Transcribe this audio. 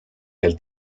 del